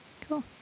cool